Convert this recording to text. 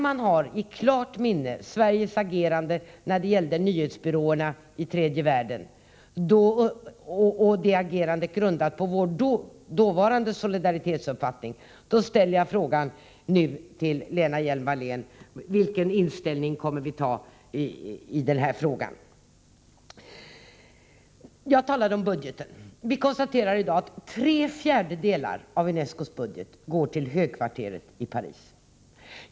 Jag har i klart minne Sveriges agerande beträffande nyhetsbyråerna i tredje världen — grundat på vår dåvarande solidaritetsuppfattning — och vill nu ställa en fråga till Lena Hjelm-Wallén: Vilken inställning kommer vi att inta i den här frågan? Jag talade om budgeten. Vi konstaterar att tre fjärdedelar av UNESCO:s Nr 61 budget går till högkvarteret i Paris.